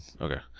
Okay